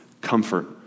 Comfort